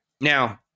now